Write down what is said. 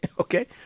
Okay